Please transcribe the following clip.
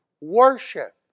worship